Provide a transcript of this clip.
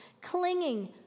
clinging